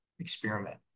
experiment